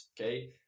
okay